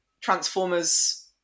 transformers